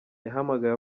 yahamagaye